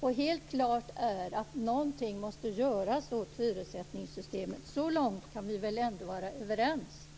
Det är helt klart att någonting måste göras åt hyressättningssystemet. Så långt kan vi väl ändå vara överens?